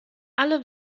alle